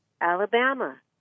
Alabama